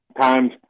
times